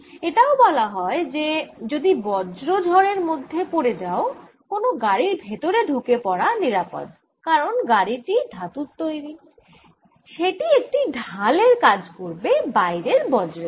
এটাও বলা হয় যে যদি বজ্র ঝড়ের মধ্যে পড়ে যাও কোন গাড়ির মধ্যে ঢুকে পরা নিরাপদ কারণ গাড়ি টি ধাতুর তৈরি সেটি একটি ঢাল এর কাজ করবে বাইরের বজ্রের থেকে